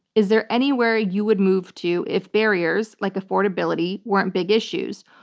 is there anywhere you would move to if barriers like affordability weren't big issues?